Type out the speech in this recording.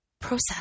process